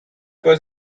was